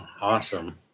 Awesome